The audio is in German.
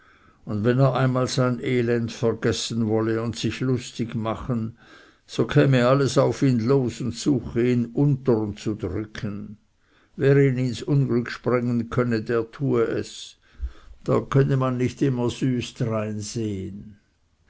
und wenn er einmal sein elend vergessen wolle und sich lustig machen so käme alles auf ihn los und suche ihn untern zu drücken wer ihn ins unglück sprengen könne der tue es da könne man nicht immer süß